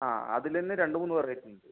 ആ അതിലെന്നെ രണ്ട് മൂന്ന് വെറൈറ്റി ഉണ്ട്